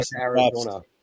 Arizona